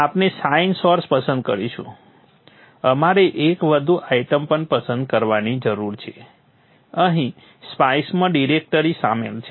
આપણે એક sine source પસંદ કરીશું અમારે એક વધુ આઇટમ પણ પસંદ કરવાની જરૂર છે અહીં સ્પાઇસમાં ડિરેક્ટરી શામેલ છે